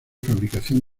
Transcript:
fabricación